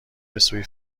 بسوی